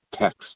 text